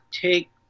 take